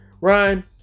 Ryan